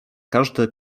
każde